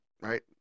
right